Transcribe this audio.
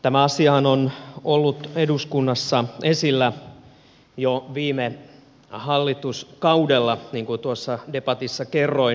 tämä asiahan on ollut eduskunnassa esillä jo viime hallituskaudella niin kuin tuossa debatissa kerroin